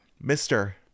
Mister